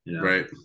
Right